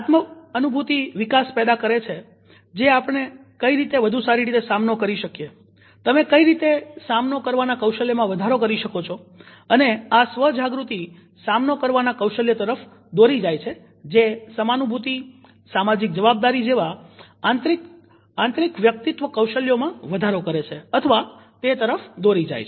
આત્મ અનુભૂતિ વિકાસ પેદા કરે જે આપણે કઈ રીતે વધુ સારી રીતે સામનો કરી શકીએ તમે કઈ રીતે સામનો કરવાના કૌશલ્યમાં વધારો કરી શકો અને આ સ્વ જાગૃતિ સામનો કરવાના કૌશલ્ય તરફ દોરી જાય છે કે જે સમાનુભૂતી સામાજિક જવાબદારી જેવા આંતરિક વ્યક્તિત્વ કૌશલ્યોમાં વધારો કરે છે અથવા તે તરફ દોરી જાય છે